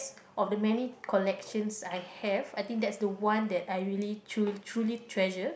of the many collections I have I think that's the one that I really true truly treasure